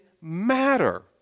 matter